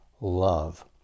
love